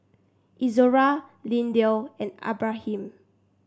Izora Lindell and Abraham